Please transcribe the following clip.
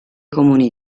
comuni